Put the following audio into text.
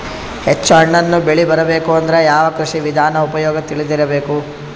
ಹೆಚ್ಚು ಹಣ್ಣನ್ನ ಬೆಳಿ ಬರಬೇಕು ಅಂದ್ರ ಯಾವ ಕೃಷಿ ವಿಧಾನ ಉಪಯೋಗ ತಿಳಿದಿರಬೇಕು?